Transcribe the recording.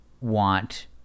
want